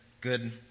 Good